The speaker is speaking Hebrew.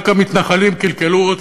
רק המתנחלים קלקלו אותך.